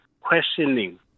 questioning